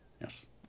Yes